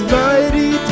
mighty